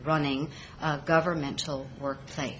running governmental workplace